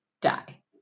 die